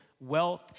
wealth